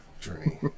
journey